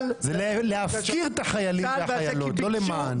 זה להפקיר את החיילים והחיילות, לא למען.